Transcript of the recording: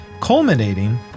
culminating